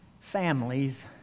families